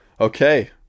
Okay